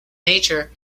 nature